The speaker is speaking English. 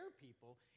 people